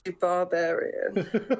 barbarian